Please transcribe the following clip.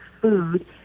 food